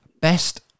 Best